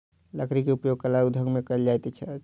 लकड़ी के उपयोग कला उद्योग में कयल जाइत अछि